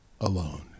alone